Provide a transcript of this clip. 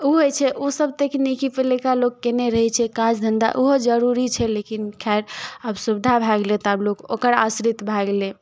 उहो होइ छै ओसब तकनीकी पहिलुका लोकके नहि रहै छै काज धंधा उहो जरूरी छै लेकिन खैर अब सुविधा भै गेलै तऽ आब लोक ओकर आश्रित भै गेलै